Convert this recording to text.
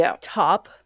top